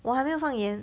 我还没有放盐